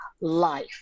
life